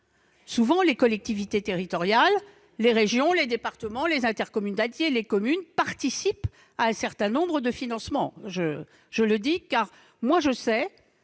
souvent, les collectivités territoriales, les régions, les départements, les intercommunalités, les communes participent à un certain nombre de financements. La réponse aux